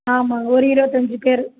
ஆமாம் ஒரு இருபத்தஞ்சி பேர்